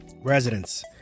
residents